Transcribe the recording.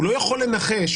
הוא לא יכול לנחש,